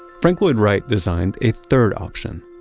frank lloyd wright designed a third option.